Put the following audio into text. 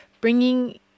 bringing